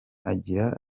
agira